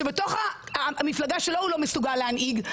שבתוך המפלגה שלו לא מסוגל להנהיג,